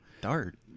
Dart